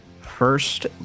First